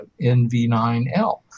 NV9L